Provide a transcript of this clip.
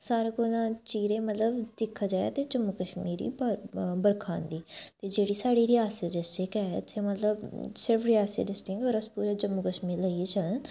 सारें कोला चिरें मतलब दिक्खा जाए ते जम्मू कश्मीर च बरखा आंदी ते जेह्ड़ी साढ़ी रियासी डिस्टिक ऐ इत्थे मतलब सिर्फ रेआसी डिस्ट्रिक्ट होर अस पूरे जम्मू कश्मीर गी लेइयै चलन